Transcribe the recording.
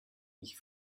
ich